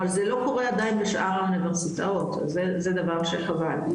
אבל זה לא קורה עדיין בשאר האוניברסיטאות זה דבר שחבל,